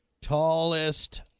Tallest